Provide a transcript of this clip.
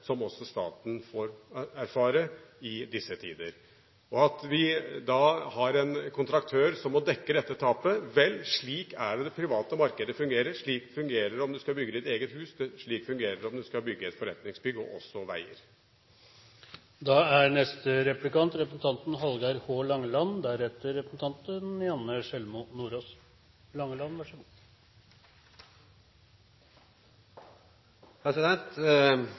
som også staten får erfare i disse tider. At vi da har en kontraktør som må dekke dette tapet, vel – slik er det det private markedet fungerer. Slik fungerer det om du skal bygge ditt eget hus, slik fungerer det om du skal bygge et forretningsbygg, og også veier. Eg vil rosa Halleraker for at når han kom seg ut av regjeringskvartalet og ut av «finansministerstolen», fekk han god